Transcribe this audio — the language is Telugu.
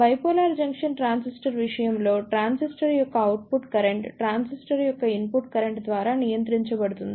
బైపోలార్ జంక్షన్ ట్రాన్సిస్టర్ విషయంలో ట్రాన్సిస్టర్ యొక్క అవుట్పుట్ కరెంట్ ట్రాన్సిస్టర్ యొక్క ఇన్పుట్ కరెంట్ ద్వారా నియంత్రించబడుతుంది